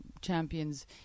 champions